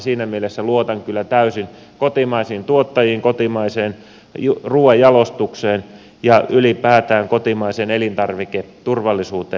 siinä mielessä luotan kyllä täysin kotimaisiin tuottajiin kotimaiseen ruuan jalostukseen ja ylipäätään kotimaiseen elintarviketurvallisuuteen